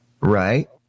Right